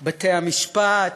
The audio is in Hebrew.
בתי-המשפט,